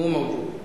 מו מווג'וד.